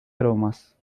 aromas